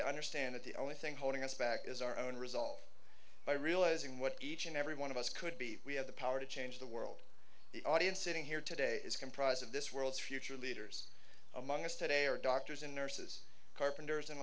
to understand that the only thing holding us back is our own resolve by realizing what each and every one of us could be we have the power to change the world the audience sitting here today is comprised of this world's future leaders among us today are doctors and nurses carpenters and